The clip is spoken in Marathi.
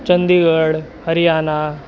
चंदीगड हरियाना